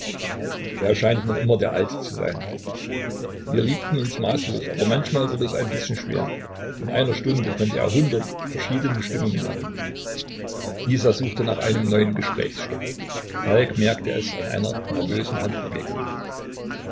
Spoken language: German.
er scheint noch immer der alte zu sein wir liebten uns maßlos aber manchmal wurde es ein bißchen schwer in einer stunde konnte er hundert verschiedene stimmungen haben isa suchte nach einem neuen gesprächstoff falk merkte es an einer nervösen handbewegung